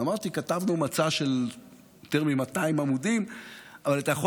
אמרתי: כתבנו מצע של יותר מ-200 עמודים אבל אתה יכול